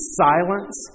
silence